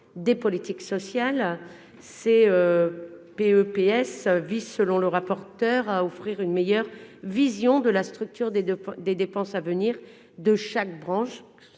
sécurité sociale. Ces PEPSS ont pour but, selon le rapporteur, d'offrir une meilleure vision de la structure des dépenses à venir de chaque branche